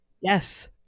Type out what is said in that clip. Yes